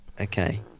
okay